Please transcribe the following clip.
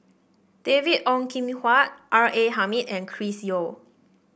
David Ong Kim Huat R A Hamid and Chris Yeo